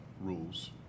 rules